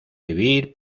vivir